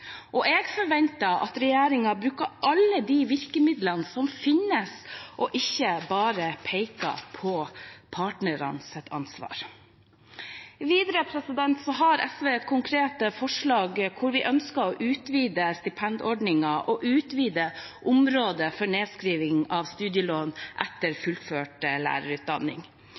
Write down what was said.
Jeg forventer at regjeringen bruker alle de virkemidlene som finnes, og ikke bare peker på partenes ansvar. Videre har SV et konkret forslag om å utvide stipendordningene og området for nedskriving av studielån etter fullført lærerutdanning.